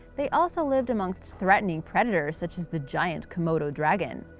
they also lived amongst threatening predators such as the giant komodo dragon.